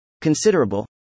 Considerable